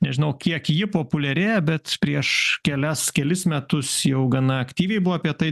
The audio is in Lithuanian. nežinau kiek ji populiari bet prieš kelias kelis metus jau gana aktyviai buvo apie tai